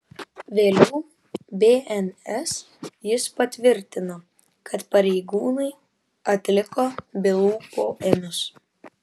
vėliau bns jis patvirtino kad pareigūnai atliko bylų poėmius